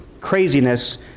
craziness